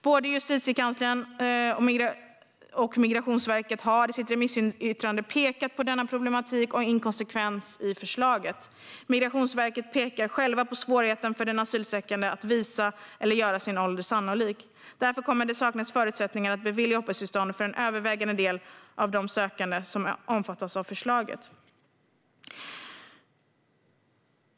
Både Justitiekanslern och Migrationsverket har i sina remissyttranden pekat på denna problematik och inkonsekvens i förslaget. Migrationsverket pekar självt på svårigheten för den asylsökande att visa eller göra sin ålder sannolik. Därför kommer det att saknas förutsättningar att bevilja uppehållstillstånd för en övervägande del av de sökande som omfattas av förslaget.